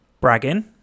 Bragging